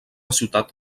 ciutat